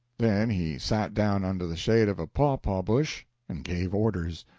then he sat down under the shade of a pawpaw-bush and gave orders.